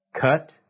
Cut